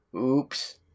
Oops